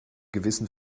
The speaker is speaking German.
gewissen